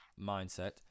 Mindset